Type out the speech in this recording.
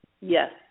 Yes